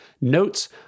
Notes